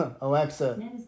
Alexa